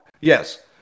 Yes